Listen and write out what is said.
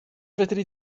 fedri